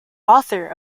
author